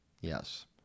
yes